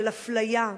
של אפליה,